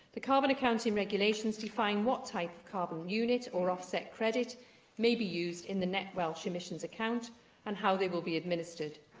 the carbon accounting regulations define what type unit or offset credit may be used in the net welsh emissions account and how they will be administered.